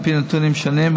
על פי נתונים שונים.